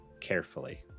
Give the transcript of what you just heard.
carefully